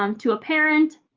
um to a parent,